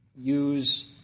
use